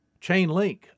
Chainlink